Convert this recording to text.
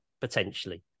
potentially